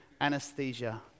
anesthesia